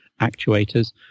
actuators